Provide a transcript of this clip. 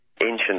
ancient